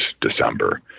December